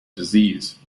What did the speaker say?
disease